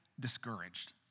Discouraged